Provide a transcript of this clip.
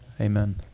Amen